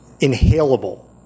inhalable